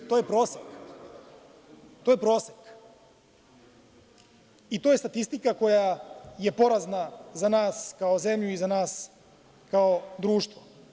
To je prosek i to je statistika koja je porazna za nas kao zemlju i za nas kao društvo.